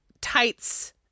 tights